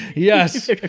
Yes